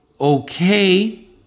okay